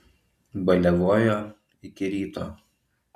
baliavojo iki ryto